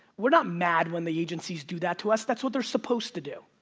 we're not mad when the agencies do that to us, that's what they're supposed to do.